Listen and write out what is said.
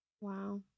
Wow